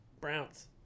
Browns